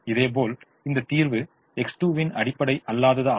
இதேபோல் இந்த தீர்வு X2 வின் அடிப்படை அல்லாதது ஆகும்